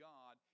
God